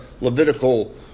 Levitical